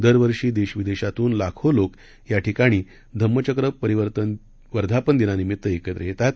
दरवर्षी देश विदेशातून लाखो लोक या ठिकाणी धम्मचक्र परिवर्तन वर्धापनदिना निमित्त एकत्र येतात